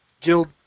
Guild